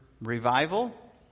Revival